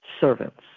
servants